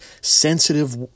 sensitive